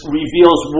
reveals